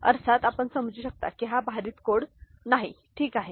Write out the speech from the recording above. अर्थात आपण समजू शकता की हा भारित कोड नाही ठीक आहे